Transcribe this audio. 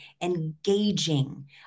engaging